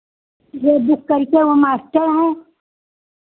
ये बुक करके वो मास्टर हैं